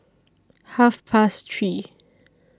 Half Past three